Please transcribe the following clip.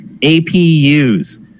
APUs